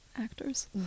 Actors